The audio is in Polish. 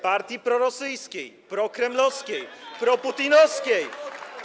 partii prorosyjskiej, prokremlowskiej, proputinowskiej.